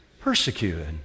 Persecuted